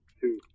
two